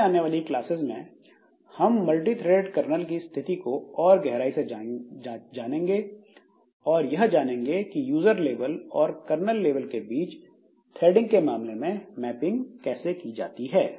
आगे आने वाली क्लासेस में हम मल्टीथ्रेडेड कर्नल की स्थिति को और गहराई से जानेंगे और यह जानेंगे कि यूजर लेवल और कर्नल लेवल के बीच थ्रेडिंग के मामले में मैपिंग कैसे की जाती है